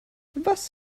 was